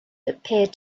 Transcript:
appeared